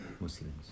Muslims